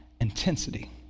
intensity